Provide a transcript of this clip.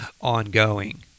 ongoing